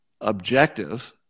objective